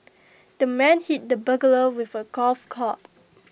the man hit the burglar with A golf club